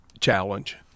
challenge